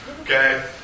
okay